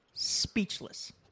Speechless